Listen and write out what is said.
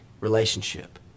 relationship